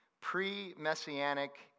pre-messianic